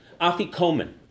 Afikomen